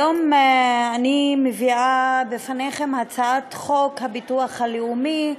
אני מביאה בפניכם היום הצעת חוק הביטוח לאומי (תיקון,